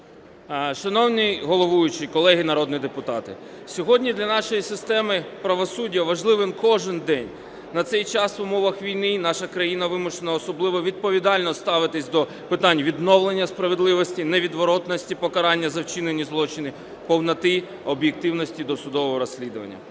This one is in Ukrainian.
Шановний головуючий, колеги народні депутати! Сьогодні для нашої системи правосуддя важливий кожен день. На цей час в умовах війни наша країна вимушена особливо відповідально ставитися до питань відновлення справедливості, невідворотності покарання за вчинені злочини, повноти, об'єктивності досудового розслідування.